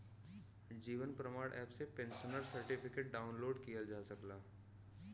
जीवन Pramaan app से pensioner certificate download किहल जा सकला